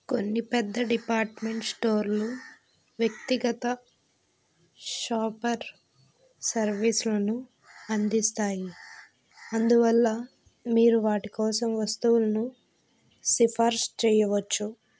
కొన్ని పెద్ద డిపార్ట్మెంట్ స్టోర్లు వ్యక్తిగత షాపర్ సర్వీస్లను అందిస్తాయి అందువల్ల మీరు వాటి కోసం వస్తువులను సిఫార్సు చేయవచ్చు